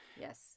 Yes